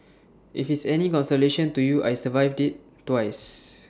if it's any consolation to you I survived IT twice